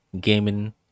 gaming